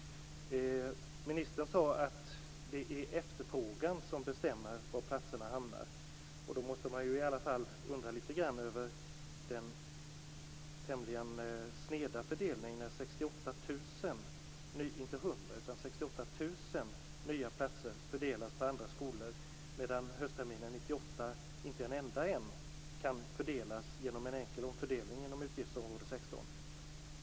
Ministern sade att det är efterfrågan som bestämmer var platserna hamnar. Man måste i alla fall undra litet grand över den tämligen sneda fördelningen när 68 000, inte 100 000, utan 68 000 nya platser fördelas på andra skolor, medan inte en enda plats höstterminen 1998 kan fördelas genom en enkel omfördelning inom utgiftsområde 16.